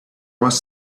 was